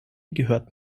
gehörten